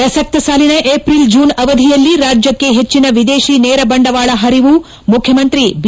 ಪ್ರಸಕ್ತ ಸಾಲಿನ April June ಅವಧಿಯಲ್ಲಿ ರಾಜ್ಯಕ್ಷೆ ಹೆಚ್ಚನ ವಿದೇತಿ ನೇರ ಬಂಡವಾಳ ಪರಿವು ಮುಖ್ಚಮಂತ್ರಿ ಬಿ